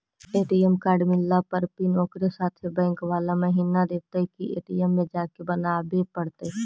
ATM card मिलला पर PIN ओकरे साथे बैक बाला महिना देतै कि ए.टी.एम में जाके बना बे पड़तै?